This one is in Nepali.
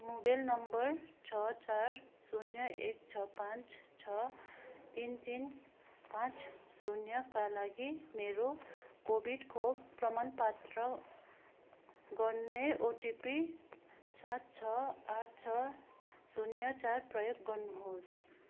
मोबाइल नम्बर छ चार शून्य एक छ पाँच छ तिन तिन पाँच शून्यका लागि मेरो कोभिड खोप प्रमाण पात्र गर्ने ओटिपी सात छ आठ छ शून्य चार प्रयोग गर्नुहोस्